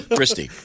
Christy